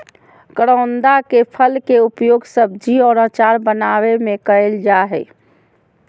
करोंदा के फल के उपयोग सब्जी और अचार बनावय में कइल जा हइ